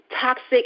toxic